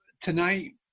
tonight